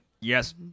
yes